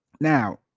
Now